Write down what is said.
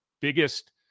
biggest